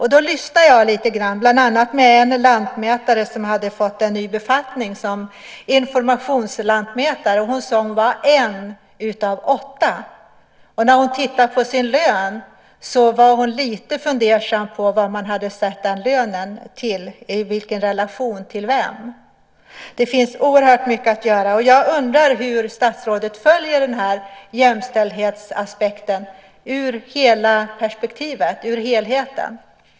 Jag pratade lite grann med bland annat en lantmätare som hade fått en ny befattning som informationslantmätare och som var en av åtta. När hon tittade på sin lön blev hon lite fundersam på i relation till vem man hade satt lönen. Det finns oerhört mycket att göra. Jag undrar hur statsrådet följer jämställdhetsaspekten i sin helhet.